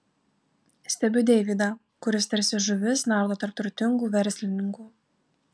stebiu deividą kuris tarsi žuvis nardo tarp turtingų verslininkų